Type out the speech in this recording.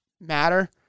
matter